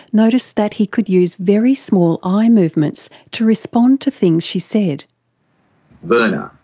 noticed that he could use very small eye movements to respond to things she said virna,